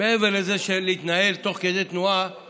מעבר ללהתנהל תוך כדי תנועה,